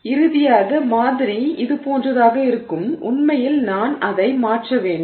எனவே இறுதியாக மாதிரி அது போன்றதாக இருக்கும் உண்மையில் நான் அதை மாற்ற வேண்டும்